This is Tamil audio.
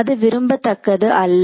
அது விரும்பத்தக்கது அல்ல